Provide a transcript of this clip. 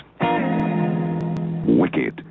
wicked